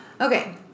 Okay